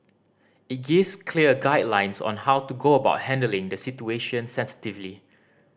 it gives clear guidelines on how to go about handling the situation sensitively